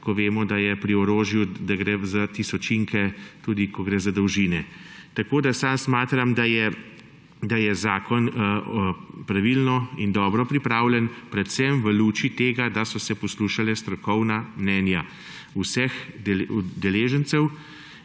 ko vemo, da gre pri orožju za tisočinke tudi ko gre za dolžine. Tako da sam smatram, da je zakon pravilno in dobro pripravljen, predvsem v luči tega, da so se poslušala strokovna mnenja vseh udeležencev.